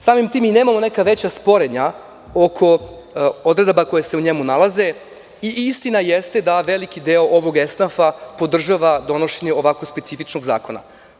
Samim tim i nemamo neka veća sporenja oko odredaba koje se u njemu nalaze i istina jeste da veliki deo ovog esnafa podržava donošenje ovako specifičnog zakona.